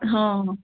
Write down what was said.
ହଁ